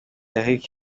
eric